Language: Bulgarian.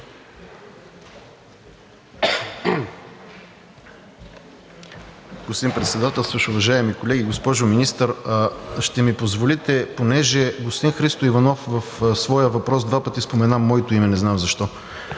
Господин Председателстващ, уважаеми колеги! Госпожо Министър, ще ми позволите понеже господин Христо Иванов в своя въпрос два пъти спомена моето име, не знам защо,